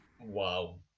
Wow